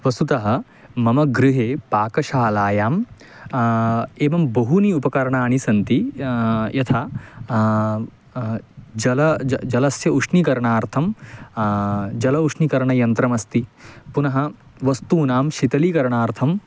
वस्तुतः मम गृहे पाकशालायां एवं बहूनि उपकरणानि सन्ति यथा जल ज जलस्य उष्णीकरणार्थं जलौष्णीकरणयन्त्रमस्ति पुनः वस्तूनां शिथलीकरणार्थम्